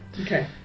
Okay